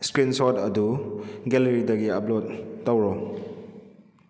screen ꯁꯣꯠ ꯑꯗꯨ ꯒꯦꯂꯦꯔꯤꯗꯒꯤ upload ꯇꯧꯔꯣ